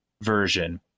version